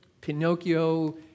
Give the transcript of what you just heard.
Pinocchio